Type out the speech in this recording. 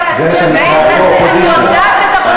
אני יודעת שאתה חושב כמוני.